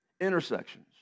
Intersections